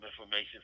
information